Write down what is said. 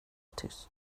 tyst